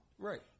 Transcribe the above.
Right